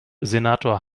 senator